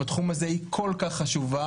בתחום הזה היא כל כך חשובה.